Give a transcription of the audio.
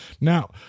Now